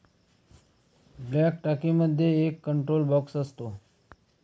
bulk टाकीमध्ये एक control box असतो